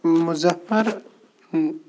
Muzaffar